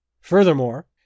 Furthermore